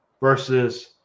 versus